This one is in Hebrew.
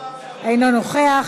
אינו נוכח,